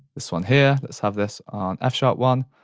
this one here, let's have this on f sharp one.